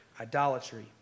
idolatry